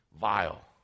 vile